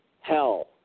hell